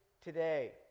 today